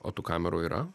o tų kamerų yra